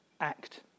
act